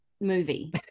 movie